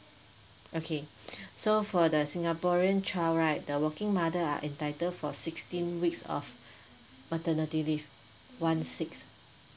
okay so for the singaporean child right the working mother are entitled for sixteen weeks of maternity leave one six